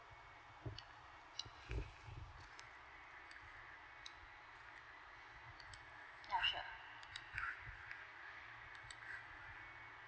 ya sure